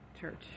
church